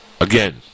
Again